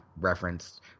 referenced